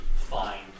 find